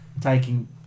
taking